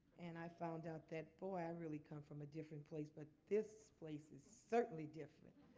and i found out that, boy, i really come from a different place. but this place is certainly different,